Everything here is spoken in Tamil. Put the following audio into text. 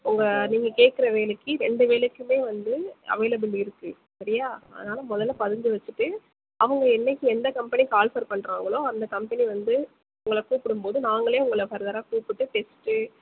உங்க நீங்கள் கேட்குற வேலைக்கு ரெண்டு வேலைக்குமே வந்து அவைளபுல் இருக்குது சரியா அதனால் முதல்ல பதிஞ்சு வச்சுட்டு அவங்க என்னிக்கு எந்த கம்பெனி கால்ஃபர் பண்ணுறாங்களோ அந்த கம்பெனி வந்து உங்களை கூப்பிடும்போது நாங்களே உங்களை ஃபர்தராக கூப்பிட்டு டெஸ்ட்டு